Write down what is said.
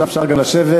אפשר גם לשבת.